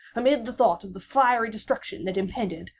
amid the thought of the fiery destruction that impended,